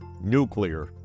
nuclear